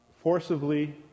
forcibly